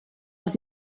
els